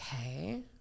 Okay